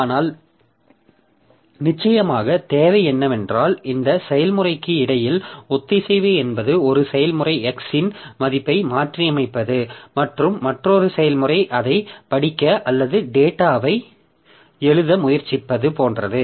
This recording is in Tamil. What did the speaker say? ஆனால் நிச்சயமாக தேவை என்னவென்றால் இந்த செயல்முறைக்கு இடையில் ஒத்திசைவு என்பது ஒரு செயல்முறை x இன் மதிப்பை மாற்றியமைப்பது மற்றும் மற்றொரு செயல்முறை அதைப் படிக்க அல்லது டேட்டாவை எழுத முயற்சிப்பது போன்றது